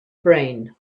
brain